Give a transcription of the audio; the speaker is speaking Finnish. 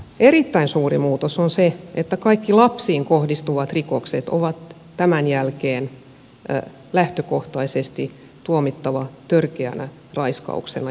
erittäin suuri muutos on se että kaikki lapsiin kohdistuvat rikokset on tämän jälkeen lähtökohtaisesti tuomittava törkeänä raiskauksena